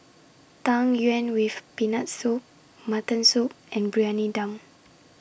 Tang Yuen with Peanut Soup Mutton Soup and Briyani Dum